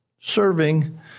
serving